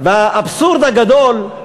והאבסורד הגדול,